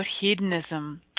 hedonism